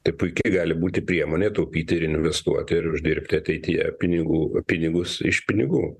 tai puikiai gali būti priemonė taupyti ir investuoti ir uždirbti ateityje pinigų o pinigus iš pinigų